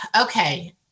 Okay